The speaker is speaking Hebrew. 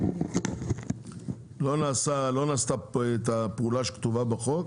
לא נעשתה פעולה שכתובה בחוק,